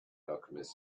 alchemist